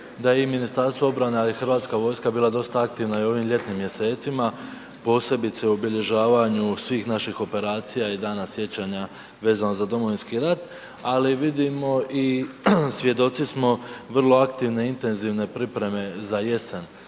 da i Ministarstvo obrane, ali i Hrvatska vojska bila dosta aktivna i u ovim ljetnim mjesecima, posebice u obilježavanju svih naših operacija i dan sjećanja vezano za Domovinski rat. Ali vidimo i svjedoci smo vrlo aktivne i intenzivne pripreme za jesen